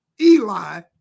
Eli